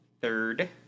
third